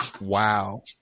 Wow